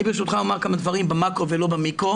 אני ברשותך אומר כמה דברים במקרו ולא במיקרו